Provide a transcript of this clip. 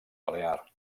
balear